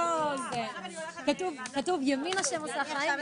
בריאות ממלכתי (תיקון החזר דמי נסיעות עבור